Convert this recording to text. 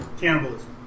Cannibalism